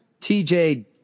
TJ